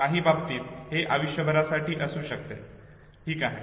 काही बाबतीत हे आयुष्यभरासाठी असू शकते ठीक आहे